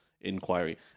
inquiry